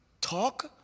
Talk